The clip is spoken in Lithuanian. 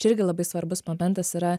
čia irgi labai svarbus momentas yra